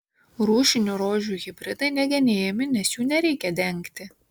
rūšinių rožių hibridai negenėjami nes jų nereikia dengti